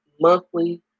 monthly